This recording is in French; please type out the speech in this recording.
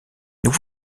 nous